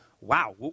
wow